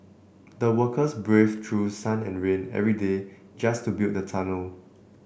the workers braved through sun and rain every day just to build the tunnel